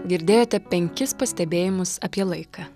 girdėjote penkis pastebėjimus apie laiką